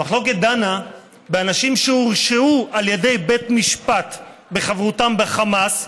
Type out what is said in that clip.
המחלוקת דנה באנשים שהורשעו על ידי בית משפט בחברותם בחמאס,